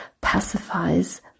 pacifies